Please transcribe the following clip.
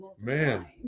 Man